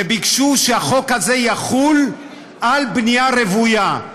וביקשו שהחוק הזה יחול על בנייה רוויה.